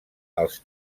als